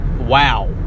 wow